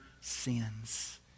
sins